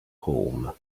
home